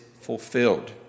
fulfilled